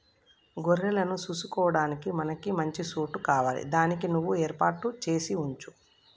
గొర్రెలను సూసుకొడానికి మనకి మంచి సోటు కావాలి దానికి నువ్వు ఏర్పాటు సేసి వుంచు